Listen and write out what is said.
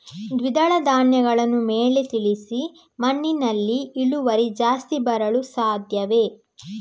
ದ್ವಿದಳ ಧ್ಯಾನಗಳನ್ನು ಮೇಲೆ ತಿಳಿಸಿ ಮಣ್ಣಿನಲ್ಲಿ ಇಳುವರಿ ಜಾಸ್ತಿ ಬರಲು ಸಾಧ್ಯವೇ?